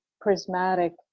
prismatic